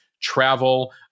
travel